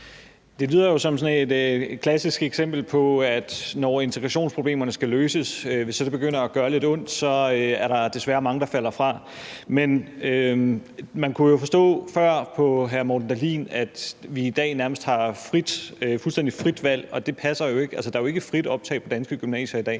Det lyder jo som sådan et klassisk eksempel på, at der – når integrationsproblemerne skal løses og det begynder at gøre lidt ondt – desværre er mange, der falder fra. Men man kunne jo forstå før på hr. Morten Dahlin, at vi i dag nærmest har fuldstændig frit valg, og det passer jo ikke. Altså, der er jo ikke frit optag på danske gymnasier i dag;